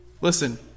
Listen